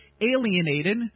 alienated